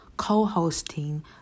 co-hosting